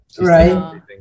Right